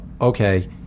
okay